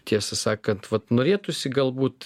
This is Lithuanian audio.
tiesą sakant vat norėtųsi galbūt